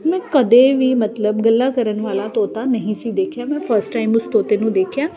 ਮੈਂ ਕਦੇ ਵੀ ਮਤਲਬ ਗੱਲਾਂ ਕਰਨ ਵਾਲਾ ਤੋਤਾ ਨਹੀਂ ਸੀ ਦੇਖਿਆ ਮੈਂ ਫਸਟ ਟਾਈਮ ਉਸ ਤੋਤੇ ਨੂੰ ਦੇਖਿਆ